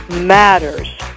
matters